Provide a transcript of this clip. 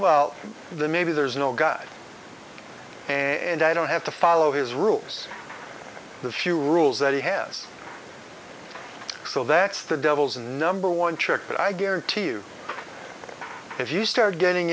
the maybe there is no god and i don't have to follow his rules the few rules that he has so that's the devil's number one check but i guarantee you if you start getting